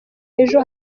ejo